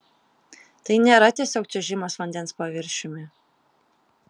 tai nėra tiesiog čiuožimas vandens paviršiumi